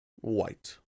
white